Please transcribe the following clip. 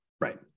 right